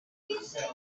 хэрэгтэй